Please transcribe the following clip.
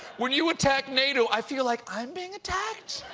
when you attack nato, i feel like i'm being attacked.